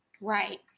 Right